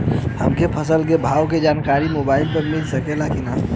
हमके फसल के भाव के जानकारी मोबाइल पर मिल सकेला की ना?